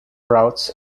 routes